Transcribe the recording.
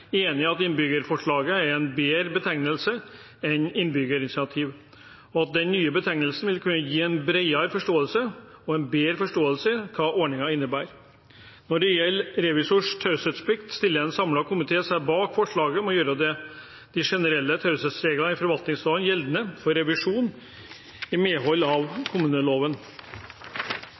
enig i at «innbyggerforslag» er en bedre betegnelse enn «innbyggerinitiativ», og at den nye betegnelsen vil kunne gi en bredere og bedre forståelse av hva ordningen innebærer. Når det gjelder revisors taushetsplikt, stiller en samlet komité seg bak forslaget om å gjøre de generelle taushetsreglene i forvaltningsloven gjeldende for revisjon i medhold av kommuneloven.